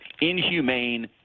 inhumane